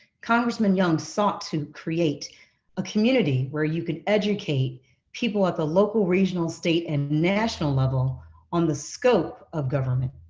congressman young sought to create a community where you can educate people of the local, regional, state and national level on the scope of government.